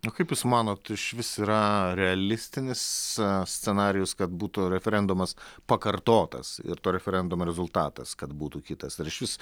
o kaip jūs manot išvis yra realistinis scenarijus kad būtų referendumas pakartotas ir to referendumo rezultatas kad būtų kitas ir išvis